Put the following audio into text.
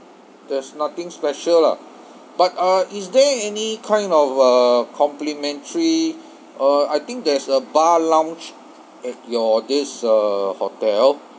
there's nothing special lah but uh is there any kind of a complimentary uh I think there's a bar lounge at your this uh hotel